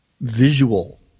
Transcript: visual